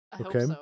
Okay